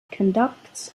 conducts